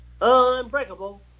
Unbreakable